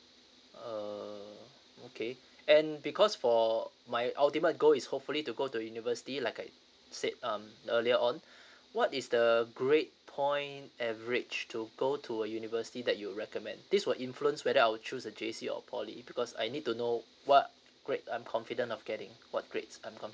uh okay then because for my ultimate goal is hopefully to go to university like I said um the earlier on what is the uh grade point average to go to a university that you recommend this will influence when I'll choose the chase your poly because I need to know what great I'm confident of getting what grades um come